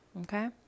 okay